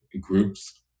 groups